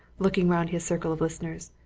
looking round his circle of listeners,